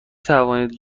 توانید